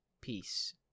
Peace